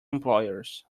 employers